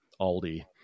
Aldi